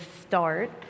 start